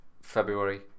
February